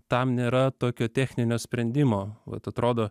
tam nėra tokio techninio sprendimo vat atrodo